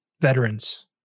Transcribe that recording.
veterans